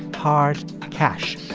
hard cash.